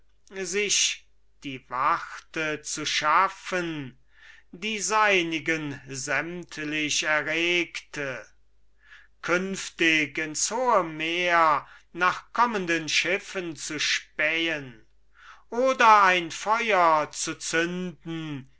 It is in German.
sich die warte zu schaffen die seinigen sämtlich erregte künftig ins hohe meer nach kommenden schiffen zu spähen oder ein feuer zu zünden